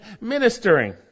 ministering